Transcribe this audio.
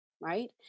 right